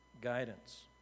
guidance